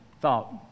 thought